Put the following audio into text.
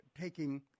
taking